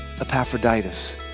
Epaphroditus